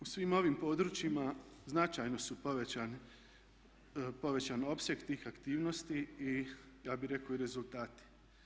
U svim ovim područjima značajno je povećan opseg tih aktivnosti i ja bih rekao i rezultati.